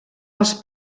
els